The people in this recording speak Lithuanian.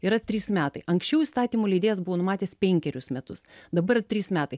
yra trys metai anksčiau įstatymų leidėjas buvo numatęs penkerius metus dabar trys metai